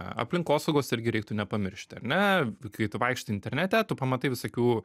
aplinkosaugos irgi reiktų nepamiršti ar ne kai tu vaikštai internete tu pamatai visokių